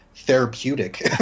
therapeutic